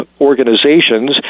organizations